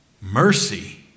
Mercy